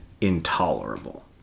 intolerable